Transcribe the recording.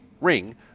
ring